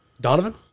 Donovan